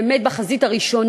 באמת בחזית הראשונה,